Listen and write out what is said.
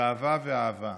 גאווה ואהבה.